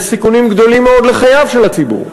יש סיכונים גדולים מאוד לחייו של הציבור.